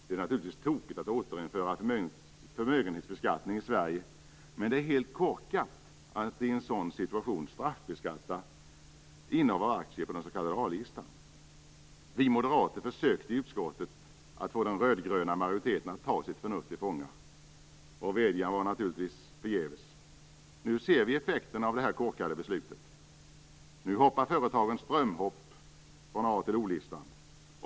Det är naturligtvis tokigt att återinföra förmögenhetsbeskattning i Sverige, men det är helt korkat att i en sådan situation straffbeskatta innehav av aktier på den s.k. A-listan. Vi moderater försökte i utskottet att få den röd-gröna majoriteten att ta sitt förnuft till fånga. Vår vädjan var naturligtvis förgäves. Nu ser vi effekterna av detta korkade beslut. Nu hoppar företagen strömhopp från A-listan till O-listan.